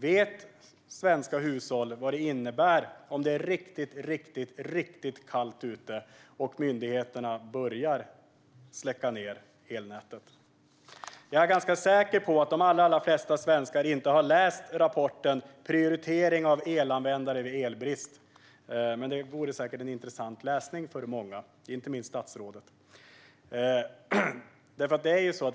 Vet svenska hushåll vad det innebär om det är riktigt kallt ute och myndigheterna börjar släcka ned elnätet? Jag är ganska säker på att de allra flesta svenskar inte har läst rapporten Prioritering av elanvändare vid elbrist . Den vore säkert intressant läsning för många, inte minst för statsrådet.